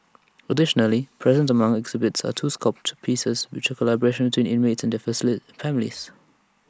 additionally present among the exhibits are two sculpture pieces which collaborations between inmates and first their families